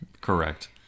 correct